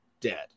dead